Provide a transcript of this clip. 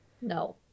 No